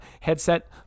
headset